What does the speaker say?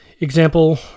Example